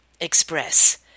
express